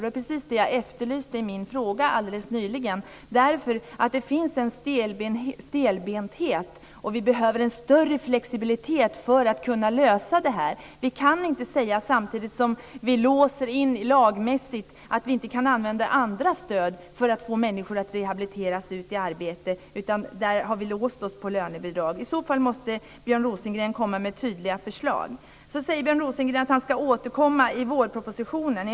Det var precis det som jag efterlyste i min fråga alldeles nyligen. Det finns nämligen en stelbenthet. Vi behöver en större flexibilitet för att kunna lösa detta. Vi kan inte samtidigt som vi lagmässigt låser in det hela säga att vi inte kan använda andra stöd för att få människor att rehabiliteras ut i arbete. Då har vi låst oss på lönebidrag, och i så fall måste Björn Rosengren komma med tydliga förslag. Björn Rosengren säger att regeringen ska återkomma i vårpropositionen.